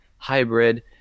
Hybrid